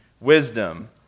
wisdom